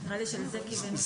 נראה לי שלזה כיוון היושב ראש.